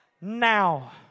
now